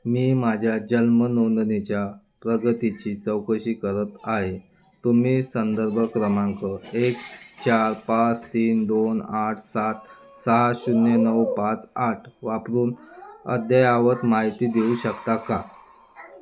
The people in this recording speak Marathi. मी माझ्या जन्म नोंदणीच्या प्रगतीची चौकशी करत आहे तुम्ही संदर्भ क्रमांक एक चार पाच तीन दोन आठ सात सहा शून्य नऊ पाच आठ वापरून अद्ययावत माहिती देऊ शकता का